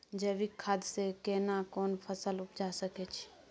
जैविक खाद से केना कोन फसल उपजा सकै छि?